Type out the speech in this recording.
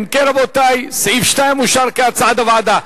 אם כן, רבותי, סעיף 2 אושר כהצעת הוועדה.